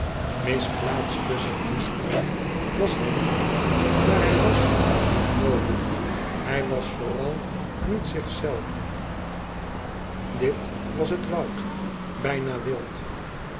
misplaatst tusschen hen alien was hij niet maar hij was niet noodig hij was vooral niet zichzelve dit was het woud bijna wild